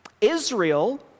Israel